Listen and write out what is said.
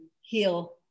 heal